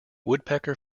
woodpecker